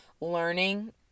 learning